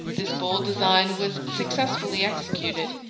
this bold design was successfully executed.